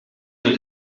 een